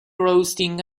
roasting